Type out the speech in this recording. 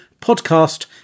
podcast